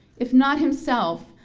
if not himself,